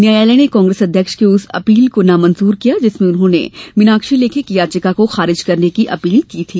न्यायालय ने कांग्रेस अध्यक्ष की उस अपील को नामंजूर कर दिया जिसमें उन्होंने मीनाक्षी लेखी की याचिका को खारिज करने की अपील की थी